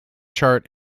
chart